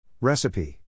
Recipe